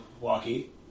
walkie